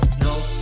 No